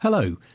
Hello